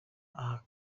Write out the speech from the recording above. aha